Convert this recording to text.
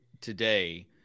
today